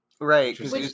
right